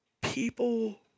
People